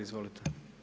Izvolite.